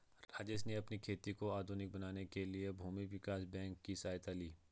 राजेश ने अपनी खेती को आधुनिक बनाने के लिए भूमि विकास बैंक की सहायता ली